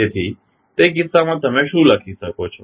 તેથી તે કિસ્સામાં તમે શું લખી શકો છો